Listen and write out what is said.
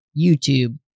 YouTube